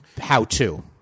how-to